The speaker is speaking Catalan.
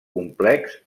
complex